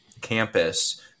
campus